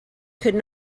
could